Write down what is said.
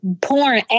porn